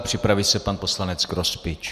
Připraví se pan poslanec Grospič.